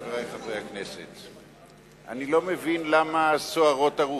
חברי חברי הכנסת, אני לא מבין למה סוערות הרוחות.